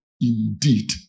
indeed